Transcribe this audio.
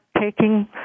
taking